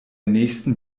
nächsten